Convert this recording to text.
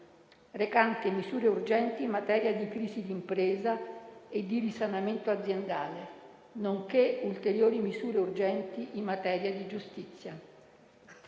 recante misure urgenti in materia di crisi d'impresa e di risanamento aziendale, nonché ulteriori misure urgenti in materia di giustizia,